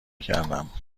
کردم